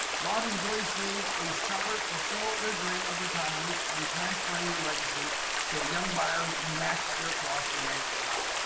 rod enjoys seeing a seller fulfill their dream of retiring and transferring their legacy to a young buyer hugh matches their philosophy amantha style.